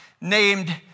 named